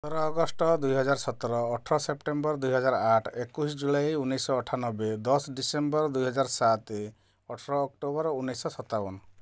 ପନ୍ଦର ଅଗଷ୍ଟ ଦୁଇହଜାର ସତର ଅଠର ସେପ୍ଟେମ୍ବର ଦୁଇହଜାର ଆଠ ଏକୋଇଶି ଜୁଲାଇ ଉଣେଇଶହ ଅଠାନବେ ଦଶ ଡିସେମ୍ବର ଦୁଇହଜାର ସାତ ଅଠର ଅକ୍ଟୋବର ଉଣେଇଶହ ସତାବନ